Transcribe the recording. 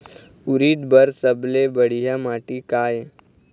उरीद बर सबले बढ़िया माटी का ये?